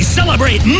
celebrate